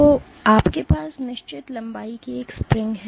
तो आपके पास निश्चित लंबाई का एक स्प्रिंग है